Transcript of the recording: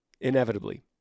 Inevitably